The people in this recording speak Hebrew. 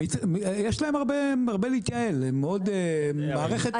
יש להם הרבה להתייעל, זו מערכת